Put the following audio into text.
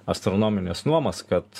astronomines nuomas kad